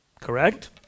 correct